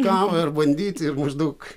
kavą ir bandyti ir maždaug